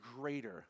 greater